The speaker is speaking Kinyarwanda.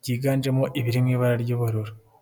byiganjemo ibiri mu ibara ry'ubururu.